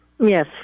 Yes